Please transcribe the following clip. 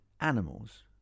animals